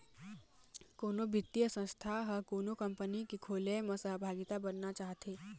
कोनो बित्तीय संस्था ह कोनो कंपनी के खोलय म सहभागिता बनना चाहथे